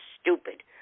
stupid